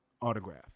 autograph